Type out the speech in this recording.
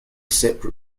separate